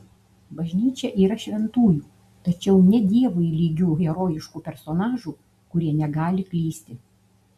bažnyčia yra šventųjų tačiau ne dievui lygių herojiškų personažų kurie negali klysti